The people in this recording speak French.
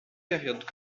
période